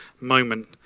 moment